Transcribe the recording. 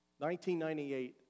1998